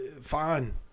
fine